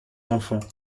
enfants